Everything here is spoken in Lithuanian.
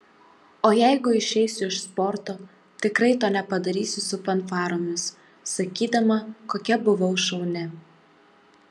o jeigu išeisiu iš sporto tikrai to nepadarysiu su fanfaromis sakydama kokia buvau šauni